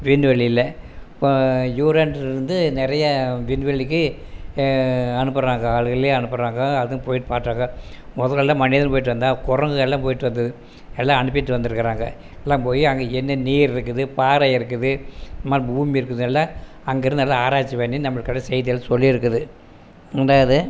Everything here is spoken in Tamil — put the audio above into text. விண்வெளியில் இப்போ யூரான்கிற இருந்து நிறைய விண்வெளிக்கு அனுப்புகிறாங்க ஆளுகளையே அனுப்புகிறாங்க அதுவும் போய் பார்த்தாக்கா முதலில் எல்லாம் மனிதன் போய்ட்டு வந்தான் குரங்குகள் எல்லாம் போய்ட்டு வந்தது எல்லாம் அனுப்பிவிட்டு வந்திருக்குறாங்க எல்லாம் போய் அங்கே என்ன நீர் இருக்குது பாறை இருக்குது பூமி இருக்குது எல்லாம் அங்கே இருந்து எல்லாம் ஆராய்ச்சி பண்ணி நம்மளுக்கான செய்திகளை சொல்லி இருக்குது ரெண்டாவது